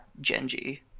Genji